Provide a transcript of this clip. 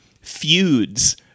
feuds